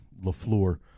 Lafleur